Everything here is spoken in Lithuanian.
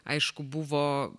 aišku buvo